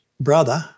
brother